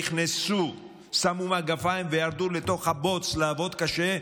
שנכנסו, שמו מגפיים וירדו לתוך הבוץ לעבוד קשה,